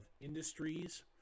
industries